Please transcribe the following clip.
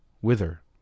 Whither